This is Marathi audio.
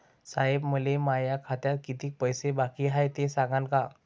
साहेब, मले माया खात्यात कितीक पैसे बाकी हाय, ते सांगान का?